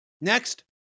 Next